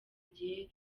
igihe